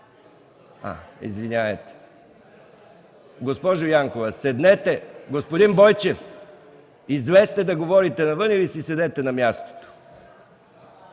Данов, госпожо Янкова – седнете! Господин Бойчев, излезте да говорите навън или си седнете на мястото!